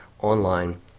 online